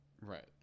Right